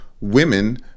women